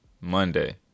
Monday